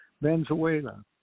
Venezuela